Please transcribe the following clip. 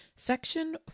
Section